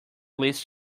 least